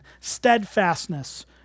steadfastness